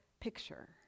picture